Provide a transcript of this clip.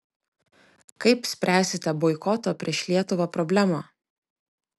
kaip spręsite boikoto prieš lietuvą problemą